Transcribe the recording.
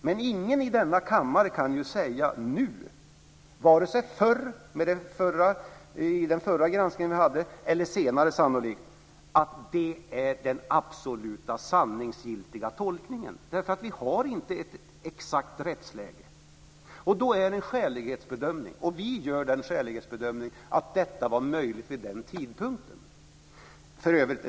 Men ingen i denna kammare kan ju säga, vare sig efter den förra granskningen eller senare, att det är den absolut sanna tolkningen, därför att vi inte har ett exakt rättsläge. Då är det skälighetsbedömning som gäller. Och vi gör den skälighetsbedömningen att detta var möjligt vid den tidpunkten.